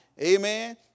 Amen